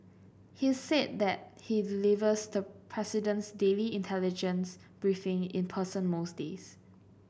he's said that he delivers the president's daily intelligence briefing in person most days